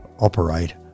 operate